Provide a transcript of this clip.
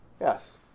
Yes